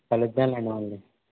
కలుద్దాం లేండి మళ్లీ